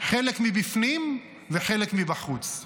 חלק מבפנים וחלק מבחוץ.